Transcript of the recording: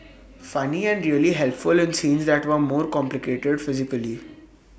funny and really helpful in scenes that were more complicated physically